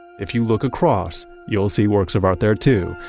if you look across, you'll see works of art there too.